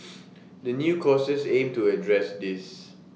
the new courses aim to address this